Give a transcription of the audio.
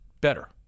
better